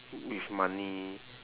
with money